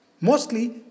Mostly